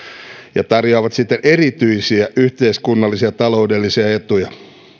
ja tarjoavat siten erityisiä yhteiskunnallisia ja taloudellisia etuja